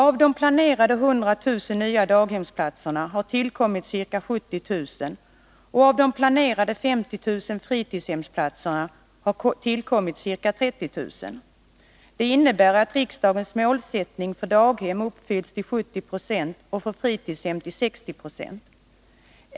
Av de planerade 100 000 nya daghemsplatserna har tillkommit ca 70 000, och av de planerade 50 000 fritidshemsplatserna har tillkommit ca 30 000. Det innebär att riksdagens målsättning för daghem uppfylls till 70 96 och för fritidshem till 60 20.